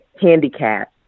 handicap